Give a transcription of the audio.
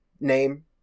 name